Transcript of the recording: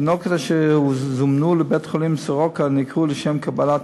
התינוקות אשר זומנו לבית-החולים סורוקה נקראו לשם קבלת